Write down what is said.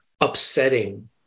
upsetting